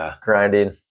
grinding